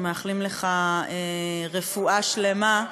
ומאחלים לך רפואה שלמה,